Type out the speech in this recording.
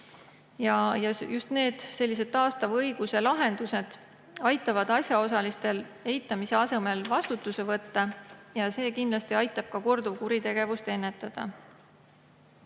Just sellised taastava õiguse lahendused aitavad asjaosalistel eitamise asemel vastutuse võtta ja see kindlasti aitab ka korduvkuritegevust